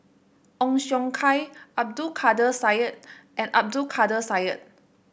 Ong Siong Kai Abdul Kadir Syed and Abdul Kadir Syed